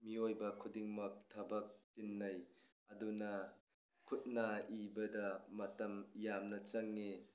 ꯃꯤꯑꯣꯏꯕ ꯈꯨꯗꯤꯡꯃꯛ ꯊꯕꯛ ꯆꯤꯟꯅꯩ ꯑꯗꯨꯅ ꯈꯨꯠꯅ ꯏꯕꯗ ꯃꯇꯝ ꯌꯥꯝꯅ ꯆꯪꯏ